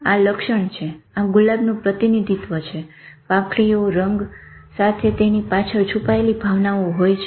આ લક્ષણ છે આ ગુલાબનું પ્રતિનિધિત્વ છે પાંખડીઓ રંગો સાથે અને તેની પાછળ છુપાયેલી ભાવનાઓ હોય છે